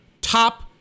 top